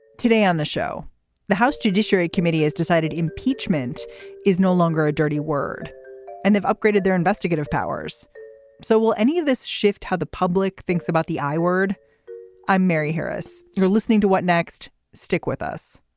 today on the show the house judiciary committee has decided impeachment is no longer a dirty word and they've upgraded their investigative powers so will any of this shift how the public thinks about the i word i'm mary harris you're listening to what next stick with us